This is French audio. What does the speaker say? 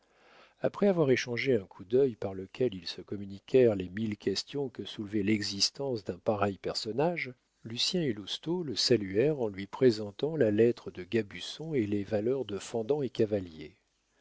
après avoir échangé un coup d'œil par lequel ils se communiquèrent les mille questions que soulevait l'existence d'un pareil personnage lucien et lousteau le saluèrent en lui présentant la lettre de gabusson et les valeurs de fendant et